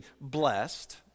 blessed